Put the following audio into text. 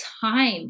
time